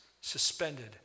suspended